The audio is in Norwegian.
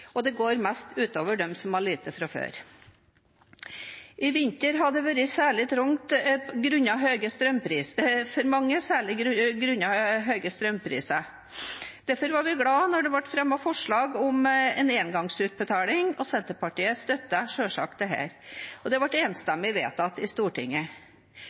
og det går mest ut over dem som har lite fra før. I vinter har det vært særlig trangt for mange grunnet høye strømpriser. Derfor var vi glade da det ble fremmet forslag om en engangsutbetaling. Senterpartiet støttet selvsagt dette, og det ble enstemmig vedtatt i Stortinget.